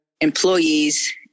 employees